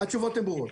הן ברורות.